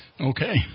Okay